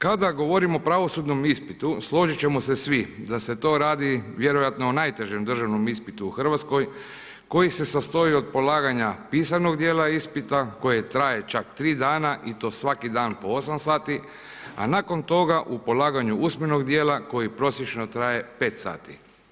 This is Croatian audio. Kada govorimo o pravosudnom ispitu, složit ćemo se svi da se to radi vjerojatno o najtežem državnom ispitu u Hrvatskoj koji se sastoji od polaganja pisanog djela ispita koje traje čak 3 dana i to svaki dan po 8 sati, a nakon toga u polaganju usmenog djela koji prosječno traje 5 sati.